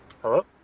hello